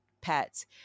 pets